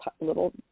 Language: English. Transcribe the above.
little